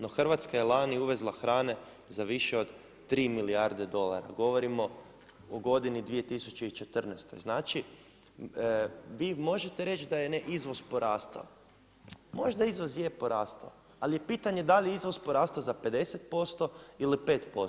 No Hrvatska je lani uvezla hrane za više od 3 milijarde dolara.“ Govorimo o godini 2014. znači, vi možete reći da je izvoz porastao, možda izvoz je porastao, ali bitan je da li je izvoz porastao za 505 ili 5%